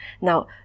Now